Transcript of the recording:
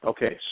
Okay